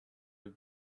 have